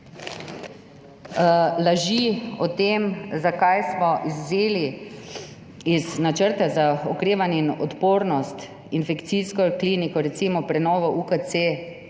Laži o tem, zakaj smo izvzeli iz Načrta za okrevanje in odpornost infekcijsko kliniko, recimo prenovo UKC.